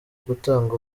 gutanga